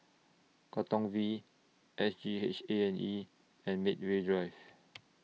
Katong V S G H A and E and Medway Drive